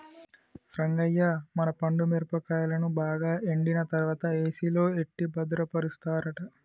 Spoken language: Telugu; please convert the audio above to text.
రంగయ్య మన పండు మిరపకాయలను బాగా ఎండిన తర్వాత ఏసిలో ఎట్టి భద్రపరుస్తారట